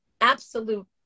absolute